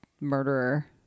murderer